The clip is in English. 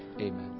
amen